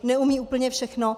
Neumějí úplně všechno.